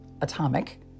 atomic